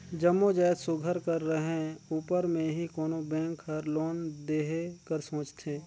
जम्मो जाएत सुग्घर कर रहें उपर में ही कोनो बेंक हर लोन देहे कर सोंचथे